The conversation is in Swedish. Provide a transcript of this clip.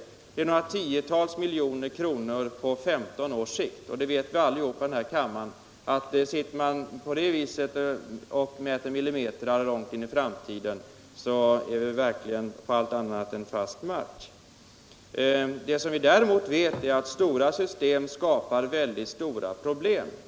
Det kan gälla några tiotal miljoner på 15 års sikt. Och alla iden här kammaren vet att sitter man på det viset och mäter millimetrar långt in i framtiden så är man på allt annat än fast mark. Vi vet däremot att stora system skapar stora problem.